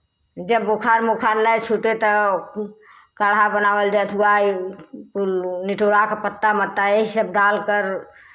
जब बुखार मुखार नहीं छूटे तौ काढ़ा बनावल जतुआ ए नेटोरा का पत्ता मत्ता यही सब डालकर